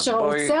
אבל כרגע במצב